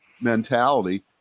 mentality